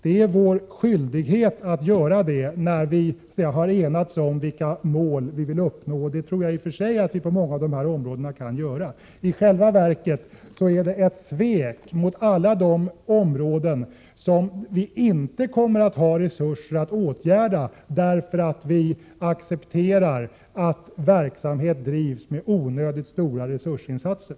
Det är vår skyldighet att göra det när vi har enats om vilka mål vi vill uppnå — jag tror att det är möjligt på många områden. I själva verket är det ett svek mot alla de områden där det inte kommer att finnas resurser därför att vissa verksamheter drivs med onödigt stora resursinsatser.